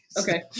Okay